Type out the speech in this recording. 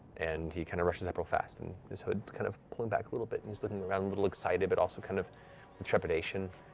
and he kind of rushes up real fast, and his hood kind of pulling back a little bit, and he's looking around, excited but also kind of with trepidation.